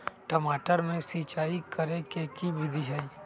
टमाटर में सिचाई करे के की विधि हई?